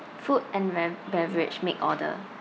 food and bev~ beverage make order